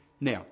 Now